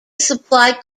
supply